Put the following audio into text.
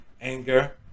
anger